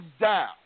down